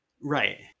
Right